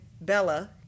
Bella